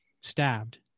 stabbed